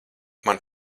man